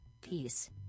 peace